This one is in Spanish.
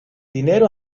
dinero